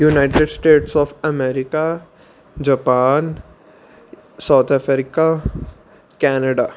United States of America Japan South Africa Canada